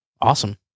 awesome